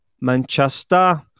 Manchester